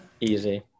easy